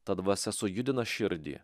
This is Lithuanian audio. ta dvasia sujudina širdį